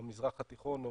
במזרח התיכון או